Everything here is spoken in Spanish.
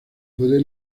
puede